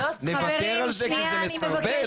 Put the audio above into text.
לוותר על זה כי זה מסרבל?